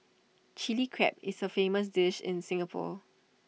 Chilli Crab is A famous dish in Singapore